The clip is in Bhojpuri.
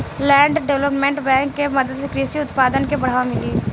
लैंड डेवलपमेंट बैंक के मदद से कृषि उत्पादन के बढ़ावा मिली